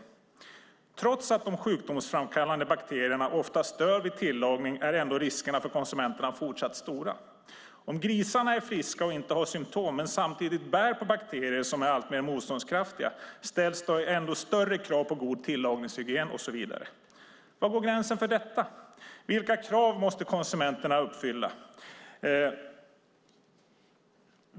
Trots att de sjukdomsframkallande bakterierna oftast dör vid tillagning är ändå riskerna för konsumenterna fortsatt stora. Om grisarna är friska och inte har symtom men samtidigt bär på bakterier som är allt mer motståndskraftiga ställs det ännu större krav på god tillagningshygien och så vidare. Var går gränsen för detta? Vilka krav måste konsumenterna uppfylla?